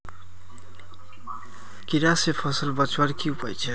कीड़ा से फसल बचवार की उपाय छे?